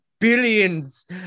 billions